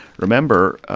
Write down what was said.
remember,